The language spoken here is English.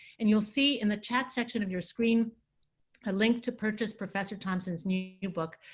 and you'll see in the chat section of your screen a link to purchase professor thompson's new new book,